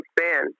span